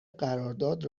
قرارداد